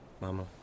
Mama